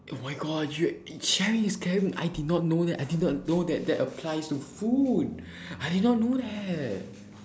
oh my god you~ sharing is caring I did not know that I did not know that that applies to food I did not know that